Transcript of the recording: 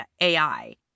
AI